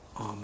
Amen